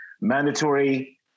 mandatory